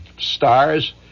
stars